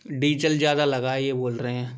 diesel ज्यादा लगा ये बोल रहे हैं